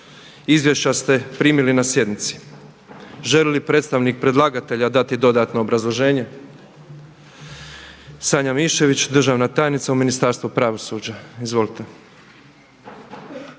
Izvješća ste primili na sjednici. Želi li predstavnik predlagatelja dati dodatno obrazloženje? Sanja Miščević, državna tajnica u Ministarstvu pravosuđa. Izvolite.